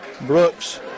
Brooks